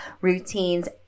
routines